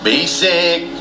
Basic